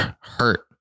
hurt